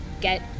get